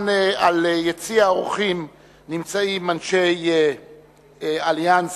ביציע האורחים נמצאים אנשי "אליאנס,